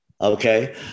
Okay